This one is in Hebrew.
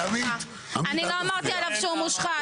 נעמה, מאחר ש --- אני לא אמרתי עליו שהוא מושחת.